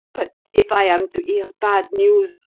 but if i am to hear bad news.